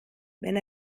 wenn